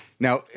Now